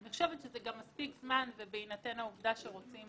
אני חושבת שזה מספיק זמן, בהינתן העובדה שרוצים